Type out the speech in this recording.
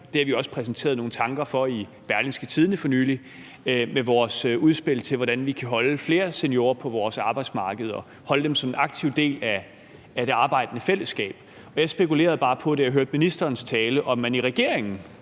Det har vi også præsenteret nogle tanker om i Berlingske for nylig med vores udspil til, hvordan vi kan holde flere seniorer på vores arbejdsmarked og holde dem som en aktiv del af det arbejdende fællesskab. Jeg spekulerede bare på, da jeg hørte ministerens tale, om man i regeringen